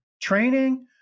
training